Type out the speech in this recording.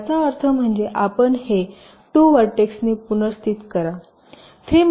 याचा अर्थ म्हणजे आपण हे 2 व्हर्टेक्सनी पुनर्स्थित करा